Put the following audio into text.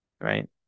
right